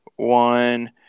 One